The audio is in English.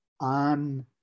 on